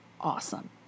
awesome